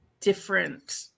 different